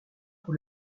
pour